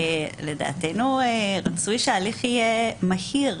לדעתנו רצוי שההליך יהיה מהיר.